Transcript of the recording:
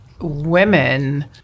women